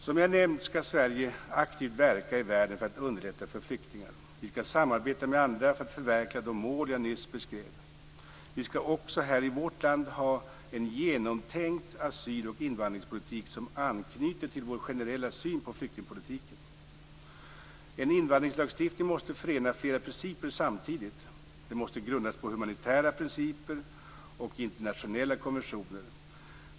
Som jag nämnt skall Sverige aktivt verka i världen för att underlätta för flyktingar. Vi skall samarbeta med andra för att förverkliga de mål som jag nyss beskrev. Vi skall också här i vårt land ha en genomtänkt asyl och invandringspolitik som anknyter till vår generella syn på flyktingpolitiken. En invandringslagstiftning måste förena flera principer samtidigt. Den måste grundas på humanitära principer och internationella konventioner.